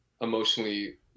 emotionally